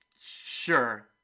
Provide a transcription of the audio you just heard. Sure